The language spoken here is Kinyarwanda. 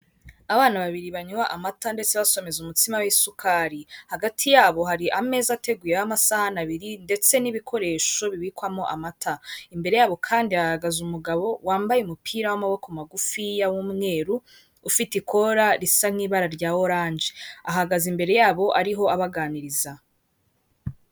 Akazu k'umuhondo gakorerwamo n'isosiyete y'itumanaho mu Rwanda ya emutiyene, harimo umugabo uhagaze witeguye guha serivisi abaza bamugana zirimo; kubitsa, kubikuza, cyangwa kohereza amafaranga.